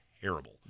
terrible